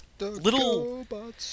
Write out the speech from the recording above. Little